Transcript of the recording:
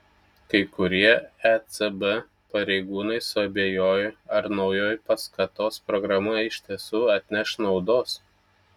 kai kurie ecb pareigūnai suabejojo ar naujoji paskatos programa iš tiesų atneš naudos